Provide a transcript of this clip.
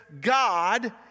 God